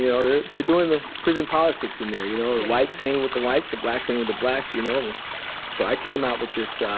you know they're they're doing the prison politics in there you know. the whites hang with the whites, the blacks hang with the blacks. you know um so i came out with this